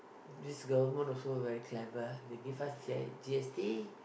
this government also very clever ah they give us G_I~ G_S_T